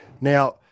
Now